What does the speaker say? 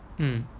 mm